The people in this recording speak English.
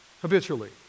habitually